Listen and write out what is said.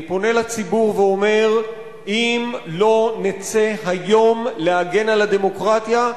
אני פונה לציבור ואומר: אם לא נצא היום להגן על הדמוקרטיה,